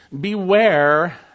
Beware